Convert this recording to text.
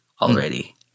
already